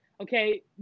Okay